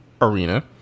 Arena